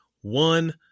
one